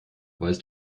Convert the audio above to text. weißt